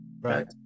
right